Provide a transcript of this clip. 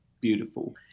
beautiful